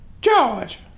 George